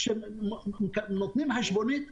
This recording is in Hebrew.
כשנותנים חשבונית,